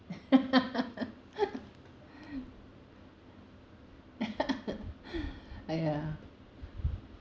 !aiya!